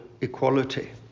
equality